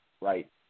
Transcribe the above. Right